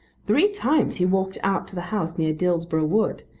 three times he walked out to the house near dillsborough wood,